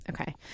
Okay